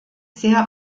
sehr